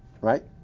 right